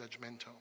judgmental